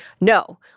No